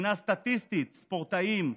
מבחינה סטטיסטית ספורטאים,